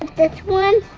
this one